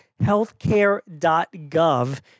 healthcare.gov